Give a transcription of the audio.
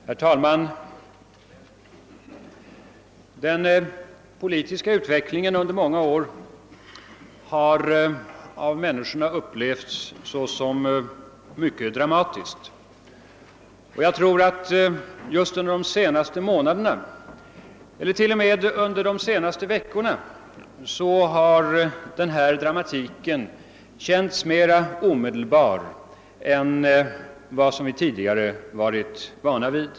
Herr talman! Den politiska utvecklingen under många år har av människorna upplevts såsom mycket dramatisk. Dramatiken har just under de senaste månaderna, eller t.o.m. under de senaste veckorna, känts mera omedelbar än vi tidigare varit vana vid.